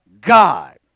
God